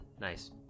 Nice